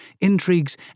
intrigues